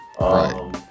Right